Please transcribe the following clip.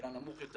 שמשקלן נמוך יותר,